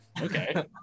okay